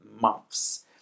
months